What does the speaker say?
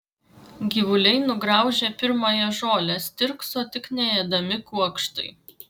gyvuliai nugraužė pirmąją žolę stirkso tik neėdami kuokštai